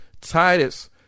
Titus